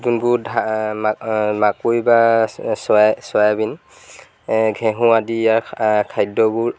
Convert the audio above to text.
যোনবোৰ ধা মাকৈ বা চ চয়া চয়াবিন ঘেঁহু আদি খাদ্যবোৰ